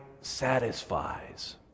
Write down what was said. satisfies